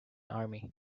army